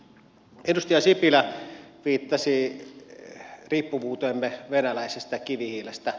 edustaja sipilä viittasi riippuvuuteemme venäläisestä kivihiilestä